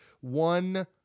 One